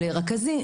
גמולי רכזים,